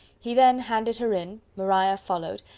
he then handed her in, maria followed,